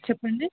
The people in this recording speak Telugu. చెప్పండి